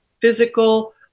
physical